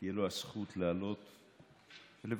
תהיה לו הזכות לעלות ולברך.